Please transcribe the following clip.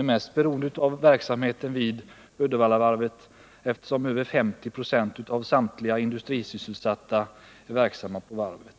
är mest beroende av verksamheten vid Uddevallavarvet, eftersom över 50 96 av samtliga industrisysselsatta är verksamma vid varvet.